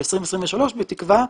2023 בתקווה,